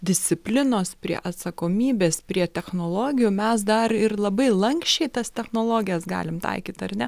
disciplinos prie atsakomybės prie technologijų mes dar ir labai lanksčiai tas technologijas galim taikyt ar ne